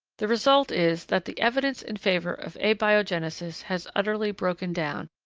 the result is that the evidence in favor of abiogenesis has utterly broken down,